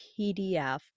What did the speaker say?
PDF